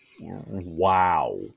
wow